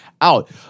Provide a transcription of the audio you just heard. out